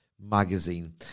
magazine